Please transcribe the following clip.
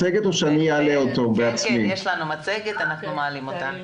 יש לנו מצגת ואנחנו מעלים אותה.